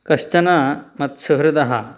कश्चन मत्सहृदः